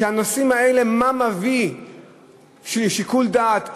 מה מביא לשיקול דעת?